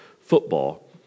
football